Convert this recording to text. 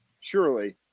Surely